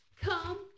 come